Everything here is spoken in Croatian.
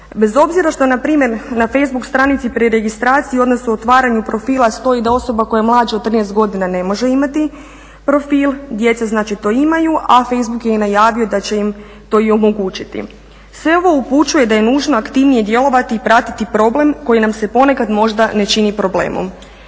Bez obzira što npr. na Facebook stranici pri registraciji, odnosno otvaranju profila stoji da osoba koja je mlađa od 13 godina ne može imati profil, djeca znači to imaju a Facebook je najavio da će im to i omogućiti. Sve ovo upućuje da je nužno aktivnije djelovati i pratiti problem koji nam se možda ne čini problemom.